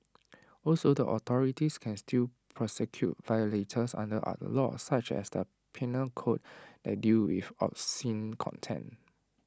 also the authorities can still prosecute violators under other laws such as the Penal code that deal with obscene content